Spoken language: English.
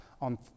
on